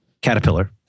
Caterpillar